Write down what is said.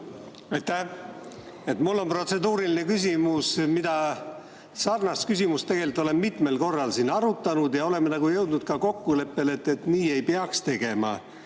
Mul on protseduuriline küsimus, millesarnast küsimust oleme tegelikult mitmel korral arutanud ja oleme jõudnud kokkuleppele, et ei peaks tegema